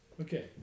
Okay